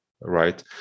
right